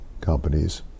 companies